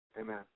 Amen